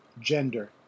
gender